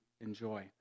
enjoy